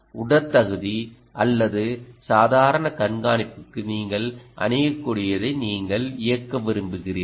உடற்தகுதி அல்லது சாதாரண கண்காணிப்புக்கு நீங்கள் அணியக்கூடியதை நீங்கள் இயக்க விரும்புகிறீர்கள்